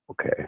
Okay